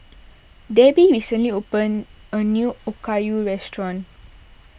Debby recently opened a new Okayu restaurant